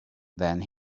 then